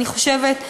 אני חושבת,